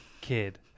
kid